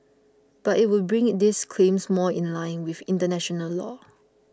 but it would bring these claims more in line with international law